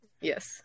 Yes